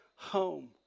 home